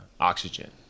oxygen